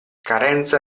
carenza